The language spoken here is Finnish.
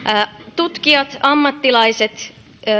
tutkijat ammattilaiset